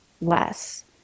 less